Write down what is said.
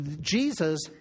Jesus